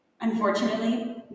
Unfortunately